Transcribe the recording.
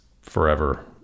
forever